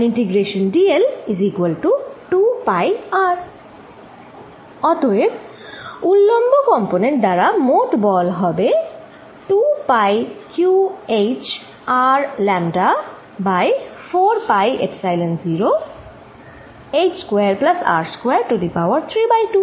অতএব উলম্ব কম্পনেন্ট দ্বারা মোটবল হবে 2 ㄫ q h R λ by 4 pi epsilon h square plus R square to the power 32